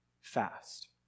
fast